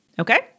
Okay